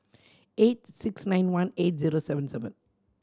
eight six nine one eight zero seven seven